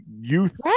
youth